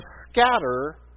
scatter